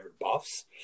buffs